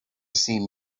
see